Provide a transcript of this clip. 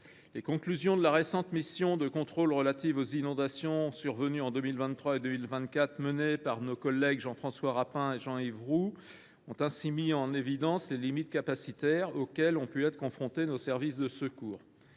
Les conclusions de la récente mission de contrôle relative aux inondations survenues en 2023 et au début de l’année 2024, menée par nos collègues Jean François Rapin et Jean Yves Roux, ont ainsi mis en évidence les limites capacitaires auxquelles ont pu être confrontés nos services de secours.